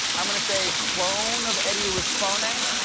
i'm going to say, clone of eddie rispone?